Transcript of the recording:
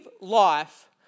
life